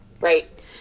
Right